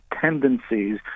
tendencies